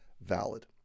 valid